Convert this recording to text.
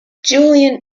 julian